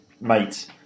mate